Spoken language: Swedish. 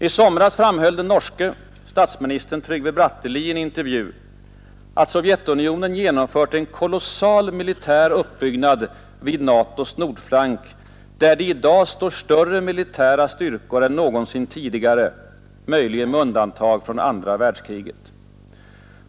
I somras framhöll den norske statsministern Trygve Bratteli i en intervju, att Sovjetunionen genomfört ”en kolossal militär uppbyggnad vid NATO:s nordflank, där det i dag står större militära styrkor än någonsin tidigare, möjligen med undantag för andra världskriget”.